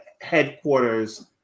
headquarters